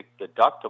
deductible